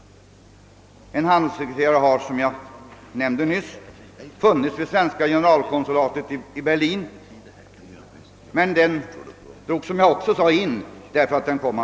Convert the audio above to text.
En handelssekreterare har som jag nämnde nyss, funnits vid svenska generalkonsulatet i Berlin, men den befattningen drogs in i brist på arbetsuppgifter.